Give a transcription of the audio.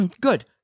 Good